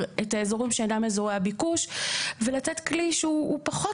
את האזורים שאינם אזורי הביקוש ולתת כלי שהוא פחות